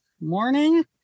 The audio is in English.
morning